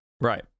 Right